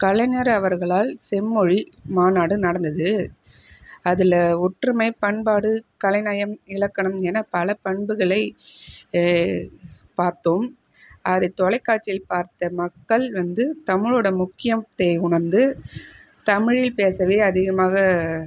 கலைஞர் அவர்களால் செம்மொழி மாநாடு நடந்தது அதில் ஒற்றுமை பண்பாடு கலைநயம் இலக்கணம் என பல பண்புகளை பார்த்தோம் அது தொலைக்காட்சியை பார்த்த மக்கள் வந்து தமிழோட முக்கியம் தை உணர்ந்து தமிழில் பேசவே அதிகமாக